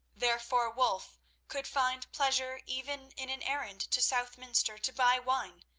therefore, wulf could find pleasure even in an errand to southminster to buy wine,